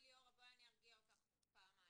אני ארגיע אותך פעמיים.